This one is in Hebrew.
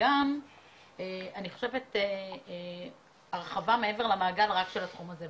וגם אני חושבת הרחבה מעבר למעגל רק של התחום הזה.